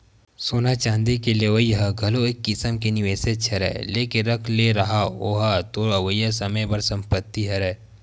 सोना चांदी के लेवई ह घलो एक किसम के निवेसेच हरय लेके रख ले रहा ओहा तोर अवइया समे बर संपत्तिच हरय